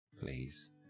Please